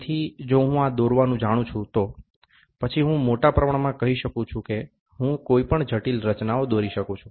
તેથી જો હું આ દોરવાનું જાણું છું તો પછી હું મોટા પ્રમાણમાં કહી શકું છું કે હું કોઈ પણ જટિલ રચનાઓ દોરી શકું છું